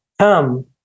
come